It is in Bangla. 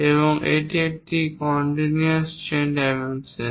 এবং এটি একটি কন্টিনিউয়াস চেইন ডাইমেনশন